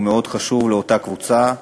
הוא מאוד חשוב לאותה קבוצה,